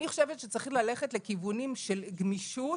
אני חושבת שצריכים ללכת לכיוונים של גמישות